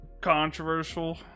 controversial